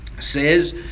Says